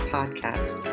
Podcast